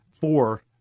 four